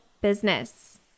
business